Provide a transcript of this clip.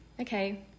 okay